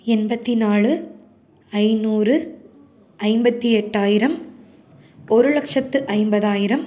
எண்பத்தி நாலு ஐநூறு ஐம்பத்து எட்டாயிரம் ஒரு லட்சத்து ஐம்பதாயிரம்